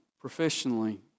professionally